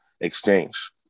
exchange